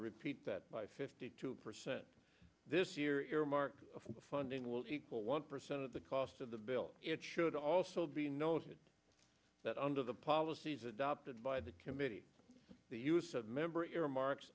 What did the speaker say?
repeat that by fifty two percent this year earmark funding will equal one percent of the cost of the bill it should also be noted that under the policies adopted by the committee the use of member earmark